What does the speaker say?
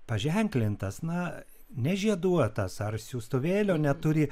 paženklintas na nežieduotas ar siųstuvėlio neturi